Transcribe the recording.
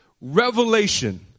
Revelation